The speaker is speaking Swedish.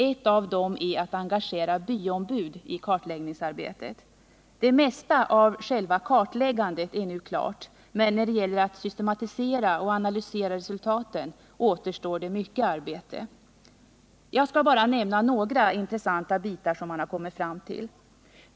Ett av dem är att engagera byombud i kartläggningsarbetet. Det mesta av själva kartläggningen är nu klart, men när det gäller att systematisera och analysera resultaten återstår mycket arbete. Jag skall bara nämna några intressanta bitar som man redovisat.